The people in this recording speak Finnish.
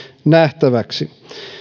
nähtäväksi